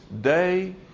day